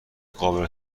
قابل